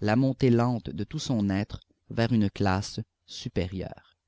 la montée lente de tout son être vers une classe supérieure